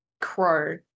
Crow